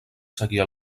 seguir